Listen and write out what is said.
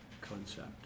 concept